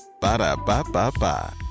Ba-da-ba-ba-ba